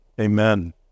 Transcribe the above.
Amen